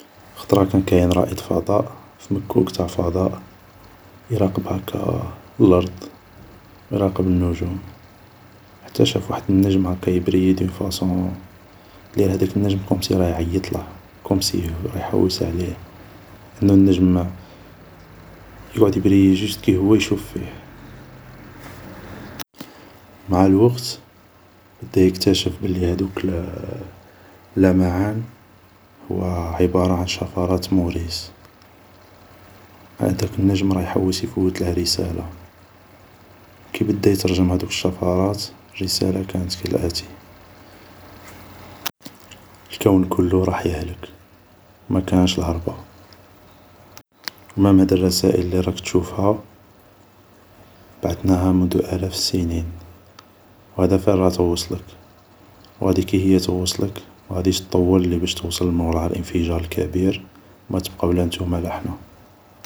خطرا كان كاين رائد تاع فضاء في مكوك تاع فضاء ، يراقب هاكا اللرض ، يراقب هاكا النجوم، حتى شاف واحد النجم هاكا يبريي دون فاصون كومسي هداك النجم راه يعيطله كوم سي راه يحوس عليه، انو نجم يقعد يبريي جوست كي هوا يشوف فيه ، مع الوقت بدا يكتشف بدي هادوك اللمعان هو عبارة عن شفرات موريس ، هداك النجم راه يحوس يفوتله رسالة ، كي بدا يترجم هدوك الشفرات ، الرسالة كانت كي الاتي ، الكون كلو راح يهلك ، مكانش الهربة ، مام هاد الرسائل اللي راك تشوفها بعثناها مند الاف السينين و هادا فاين راها توصلك ، و غادي كي هي توصلك ما غاديش طول لي بش توصل موراها الانفجار الكبير ، و ماغادي تبقاو ني نتوما ني حنا